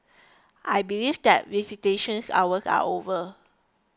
I believe that visitation hours are over